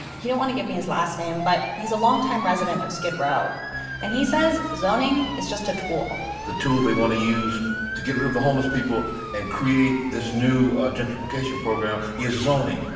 he didn't want to give me his last name, but he's a longtime resident of skid row and he says zoning is just a tool the tool they want to use to get rid of the homeless people and create this new gentrification program is zoning.